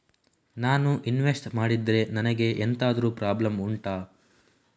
ನಾನು ಇನ್ವೆಸ್ಟ್ ಮಾಡಿದ್ರೆ ನನಗೆ ಎಂತಾದ್ರು ಪ್ರಾಬ್ಲಮ್ ಉಂಟಾ